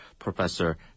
Professor